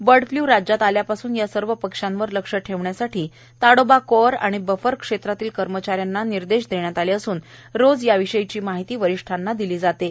bird flu राज्यात आल्यापासून या सर्व पक्ष्यांवर लक्ष ठेवण्यासाठी ताडोबा कोअर आणि बफर क्षेत्रातील कर्मचाऱ्यांना निर्देश देण्यात आले असून रोज याची माहिती वरिष्ठांना दिली जात आहेत